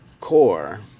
core